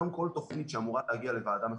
היום כל תוכנית שאמורה להגיע לוועדה מחוזית,